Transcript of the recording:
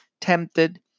tempted